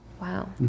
Wow